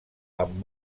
amb